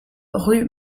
rue